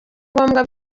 ngombwa